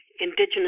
indigenous